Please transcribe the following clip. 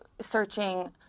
searching